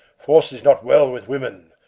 force is not well with women.